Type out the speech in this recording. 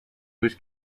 was